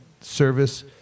service